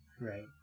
Right